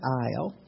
aisle